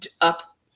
up